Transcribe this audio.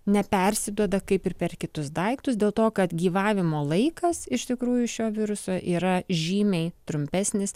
nepersiduoda kaip ir per kitus daiktus dėl to kad gyvavimo laikas iš tikrųjų šio viruso yra žymiai trumpesnis